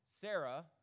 Sarah